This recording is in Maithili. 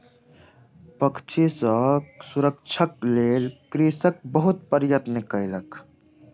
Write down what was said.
पक्षी सॅ सुरक्षाक लेल कृषक बहुत प्रयत्न कयलक